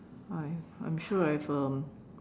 I I'm sure I have um